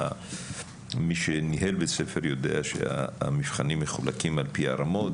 מי שניהל בית ספר יודע שהמבחנים מחולקים על פי רמות,